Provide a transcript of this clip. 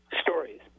stories